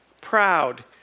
proud